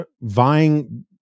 vying